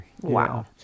Wow